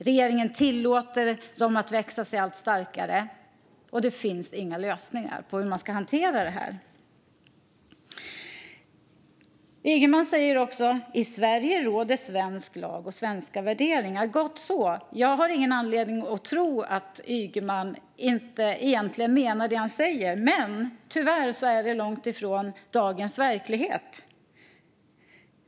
Regeringen tillåter dem att växa sig allt starkare, och det finns inga lösningar för att hantera detta. Ygeman sa också att svensk lag och svenska värderingar råder i Sverige. Gott så - jag har ingen anledning att tro att Ygeman inte menar det han säger. Men tyvärr är det långt ifrån dagens verklighet.